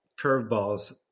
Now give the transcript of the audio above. curveballs